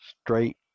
Straight